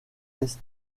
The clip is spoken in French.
est